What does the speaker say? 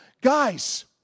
guys